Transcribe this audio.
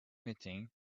meeting